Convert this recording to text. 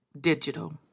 digital